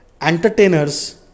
entertainers